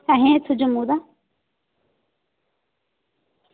अस इत्थां जम्मू दा